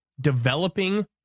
developing